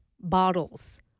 bottles